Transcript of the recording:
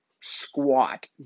squat